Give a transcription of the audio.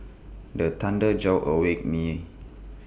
the thunder jolt awake me